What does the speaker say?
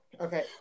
Okay